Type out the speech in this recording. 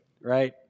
right